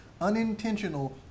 unintentional